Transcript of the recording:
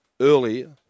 earlier